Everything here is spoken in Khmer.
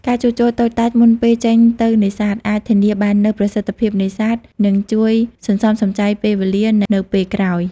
ការជួសជុលតូចតាចមុនពេលចេញទៅនេសាទ អាចធានាបាននូវប្រសិទ្ធភាពនេសាទ និងជួយសន្សំសំចៃពេលវេលានៅពេលក្រោយ។